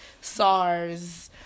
SARS